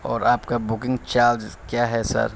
اور آپ کا بکنگ چارج کیا ہے سر